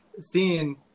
seeing